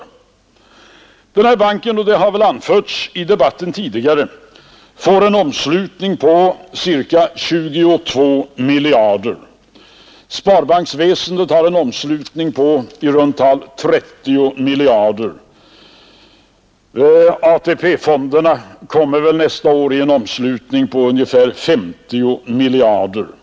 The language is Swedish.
Den nya banken — och det har anförts i debatten tidigare — får en omslutning på cirka 22 miljarder kronor. Sparbanksväsendet har en omslutning på i runt tal 30 miljarder kronor. AP-fonderna kommer nästa år upp i en omslutning på ungefär 50 miljarder kronor.